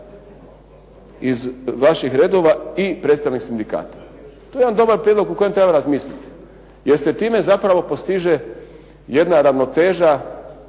iz vaših redova i predstavnik sindikata. To je jedan dobar prijedlog o kojem treba razmisliti jer se time zapravo postiže jedna ravnoteža